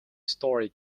story